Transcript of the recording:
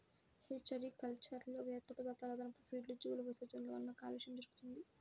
hatchery కల్చర్లో వ్యర్థపదార్థాలు, అదనపు ఫీడ్లు, జీవుల విసర్జనల వలన కాలుష్యం జరుగుతుంది